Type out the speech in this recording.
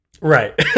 right